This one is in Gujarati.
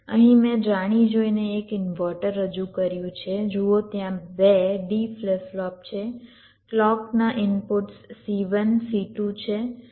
અહીં મેં જાણી જોઈને એક ઇન્વર્ટર રજૂ કર્યું છે જુઓ ત્યાં 2 D ફ્લિપ ફ્લોપ છે ક્લૉકના ઇનપુટ્સ C1 C2 છે